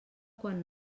quan